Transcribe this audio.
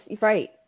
Right